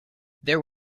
there